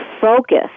focus